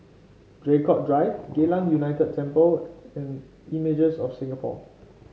Draycott Drive Geylang United Temple and Images of Singapore